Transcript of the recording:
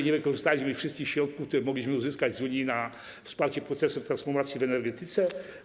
Nie wykorzystaliśmy także wszystkich środków, które mogliśmy uzyskać z Unii na wsparcie procesów transformacji w energetyce.